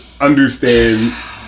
understand